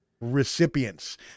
recipients